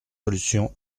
solution